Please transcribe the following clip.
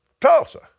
Tulsa